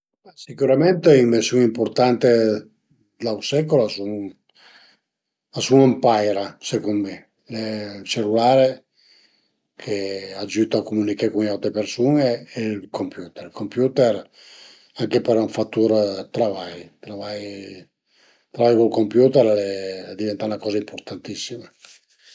Sicürament l'invensiun impurtante dë l'aut secul a sun a sun ün paira secund mi: ël cellulare che agiüta a cumüniché cun i aute persun-e e ël computer, ël computer anche për ün fatur dë travai, travai travai cun ël computer al e diventà 'na coza impurtantissima